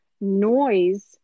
noise